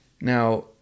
Now